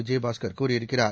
விஜயபாஸ்கர் கூறியிருக்கிறார்